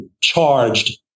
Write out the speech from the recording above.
charged